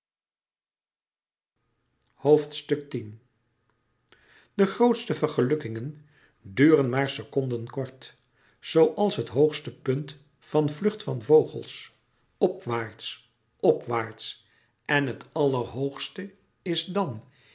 de grootste vergelukkingen duren maar secondenkort zooals het hoogste punt van vlucht van vogel opwaarts opwaarts en het allerhoogste is dan